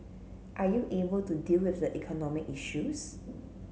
are you able to deal with the economic issues